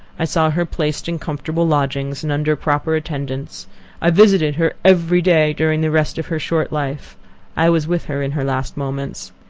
i saw her placed in comfortable lodgings, and under proper attendants i visited her every day during the rest of her short life i was with her in her last moments.